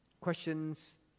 questions